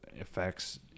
affects